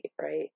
right